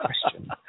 question